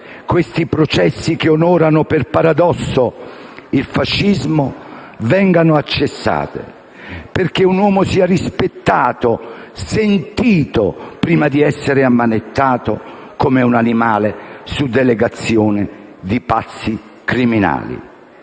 questi processi che onorano, per paradosso, il fascismo, vengano a cessare. Perché un uomo sia rispettato, sentito, prima di essere ammanettato come un animale (…) su delegazione di pazzi criminali».